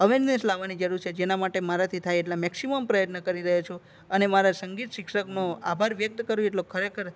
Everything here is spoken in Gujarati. અવેરનેસ લાવવાની જરૂર છે જેના માટે મારાથી થાય એટલા મેક્સિમમ પ્રયત્ન કરી રહ્યો છું અને મારા સંગીત શિક્ષકનો આભાર વ્યક્ત કરું એટલો ખરેખર